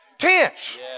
tense